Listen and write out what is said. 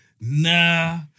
nah